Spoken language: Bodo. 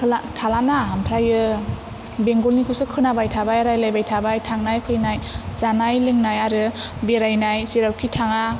थाला थालाना ओमफ्रायो बेंगलनिखौसो खोनाबाय थाबाय रायलायबाय थाबाय थांनाय फैनाय जानाय लोंनाय आरो बेरायनाय जेरावखि थाङा